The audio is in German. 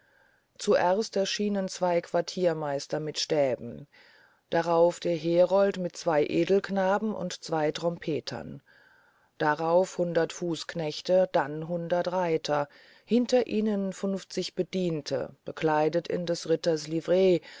zuerst erschienen zwey quartiermeister mit stäben darauf der herold mit zwey edelknaben und zwey trompetern darauf hundert fußknechte dann hundert reiter hinter ihnen funfzig bediente gekleidet in des ritters